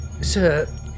Sir